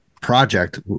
project